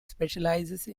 specialize